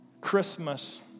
Christmas